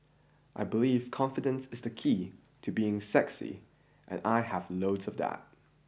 I believe confidence is the key to being sexy and I have loads of that